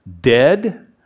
Dead